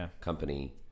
company